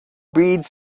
breeds